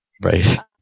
Right